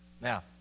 Now